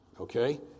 Okay